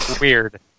weird